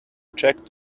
checked